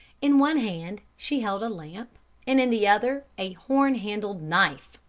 in one hand she held a lamp and in the other a horn-handled knife.